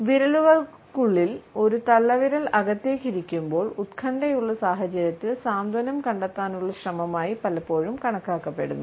വിരലുകൾക്കുള്ളിൽ ഒരു തള്ളവിരൽ അകത്തേക്ക് ഇരിക്കുമ്പോൾ ഉത്കണ്ഠയുള്ള സാഹചര്യത്തിൽ സാന്ത്വനം കണ്ടെത്താനുള്ള ശ്രമമായി പലപ്പോഴും കണക്കാക്കപ്പെടുന്നു